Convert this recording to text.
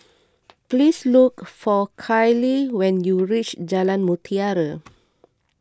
please look for Kyle when you reach Jalan Mutiara